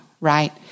right